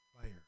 fire